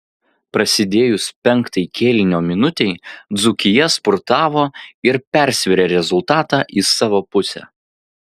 prasidėjus penktai kėlinio minutei dzūkija spurtavo ir persvėrė rezultatą į savo pusę